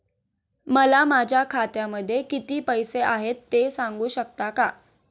मला माझ्या खात्यामध्ये किती पैसे आहेत ते सांगू शकता का?